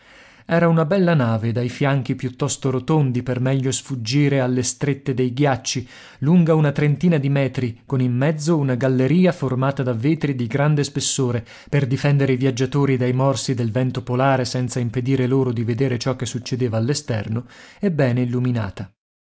era una bella nave dai fianchi piuttosto rotondi per meglio sfuggire alle strette dei ghiacci lunga una trentina di metri con in mezzo una galleria formata da vetri di grande spessore per difendere i viaggiatori dai morsi del vento polare senza impedire loro di vedere ciò che succedeva all'esterno e bene illuminata